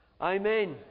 Amen